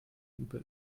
über